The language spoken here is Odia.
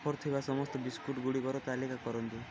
ଅଫର୍ ଥିବା ସମସ୍ତ ବିସ୍କୁଟ୍ଗୁଡ଼ିକର ତାଲିକା କରନ୍ତୁ